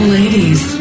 ladies